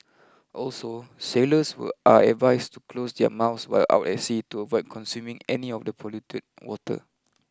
also sailors were are advised to close their mouths while out at sea to avoid consuming any of the polluted water